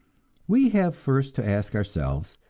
we have first to ask ourselves,